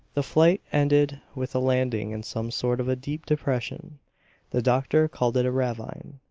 the flight ended with a landing in some sort of a deep depression the doctor called it a ravine.